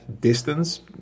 distance